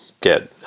get